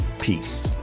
Peace